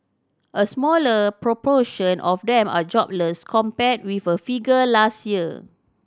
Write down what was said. a smaller proportion of them are jobless compared with a figure last year